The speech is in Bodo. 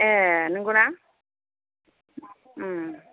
ए नंगौना